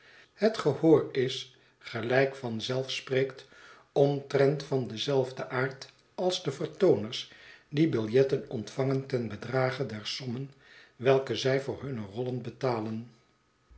het gehoor is gelijk van zelf spreekt omtrent van denzelfden aard als de vertooners die biljetten ontvangen ten bedrage der sommen welke zij voor hunne rollen betalen